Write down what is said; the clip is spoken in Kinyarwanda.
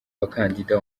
bakandida